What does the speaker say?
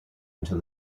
until